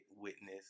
witness